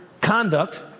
conduct